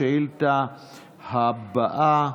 השאילתה הבאה